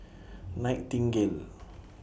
Nightingale